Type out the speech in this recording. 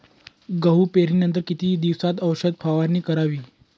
गहू पेरणीनंतर किती दिवसात औषध फवारणी करावी?